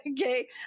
okay